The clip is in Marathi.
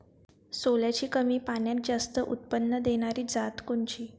सोल्याची कमी पान्यात जास्त उत्पन्न देनारी जात कोनची?